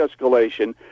escalation